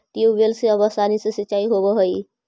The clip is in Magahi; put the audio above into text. ट्यूबवेल से अब आसानी से सिंचाई होवऽ हइ